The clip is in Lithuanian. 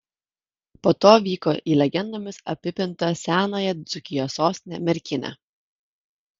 po to vyko į legendomis apipintą senąją dzūkijos sostinę merkinę